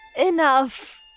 Enough